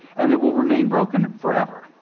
and it will remain broken forever,